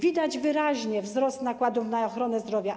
Widać wyraźnie wzrost nakładów na ochronę zdrowia.